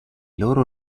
loro